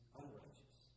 unrighteous